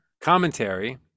commentary